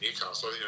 Newcastle